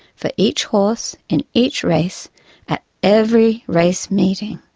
for each horse in each race at every race meeting.